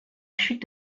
chute